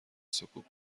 سکوت